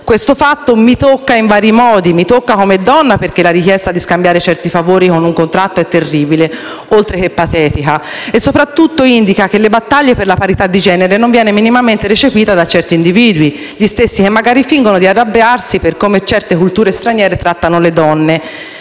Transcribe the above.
Questo fatto mi tocca in vari modi, anzitutto come donna perché la richiesta di scambiare certi favori con un contratto è terribile, oltre che patetica, e soprattutto indica che le battaglie per la parità di genere non vengono minimamente recepite da certi individui, gli stessi che - magari - fingono di arrabbiarsi per come certe culture straniere trattano le donne.